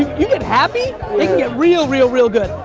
you get happy, it can get real, real, real good.